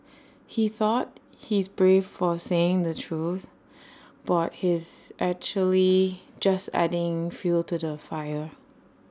he thought he's brave for saying the truth but he's actually just adding fuel to the fire